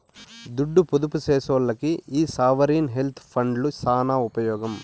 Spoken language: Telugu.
దుడ్డు పొదుపు సేసెటోల్లకి ఈ సావరీన్ వెల్త్ ఫండ్లు సాన ఉపమోగం